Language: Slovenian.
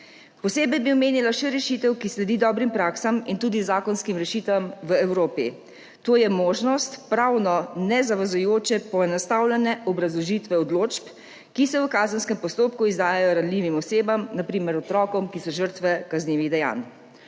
Posebej bi omenila še rešitev, ki sledi dobrim praksam in tudi zakonskim rešitvam v Evropi, to je možnost pravno nezavezujoče poenostavljene obrazložitve odločb, ki se v kazenskem postopku izdajajo ranljivim osebam, na primer otrokom, ki so žrtve kaznivih dejanj.